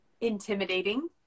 intimidating